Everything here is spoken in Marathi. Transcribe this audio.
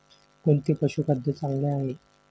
कोणते पशुखाद्य चांगले आहे?